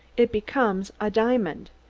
it becomes a diamond.